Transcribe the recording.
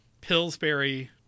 Pillsbury